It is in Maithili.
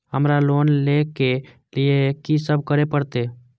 हमरा लोन ले के लिए की सब करे परते?